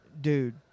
dude